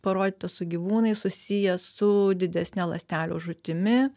parodyta su gyvūnais susijęs su didesne ląstelių žūtimi